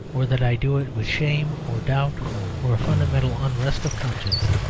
or that i do it with shame or doubt or a fundamental unrest of conscience.